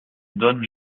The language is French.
donne